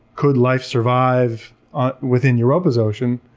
could life survive within europa's ocean,